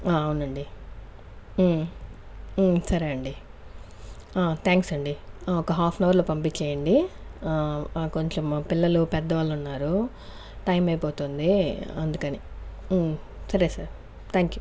అవునండి సరే అండి థ్యాంక్స్ అండి ఒక హాఫ్ ఎన్ అవర్ లో పంపించేయండి కొంచెం మా పిల్లలు పెద్దవాళ్ళు ఉన్నారు టైం అయిపోతుంది అందుకని సరే సార్ థ్యాంక్ యూ